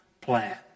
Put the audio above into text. plan